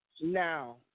Now